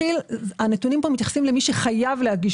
הנתונים כאן מתייחסים למי שחייב להגיש